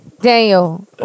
Daniel